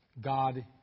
God